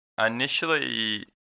initially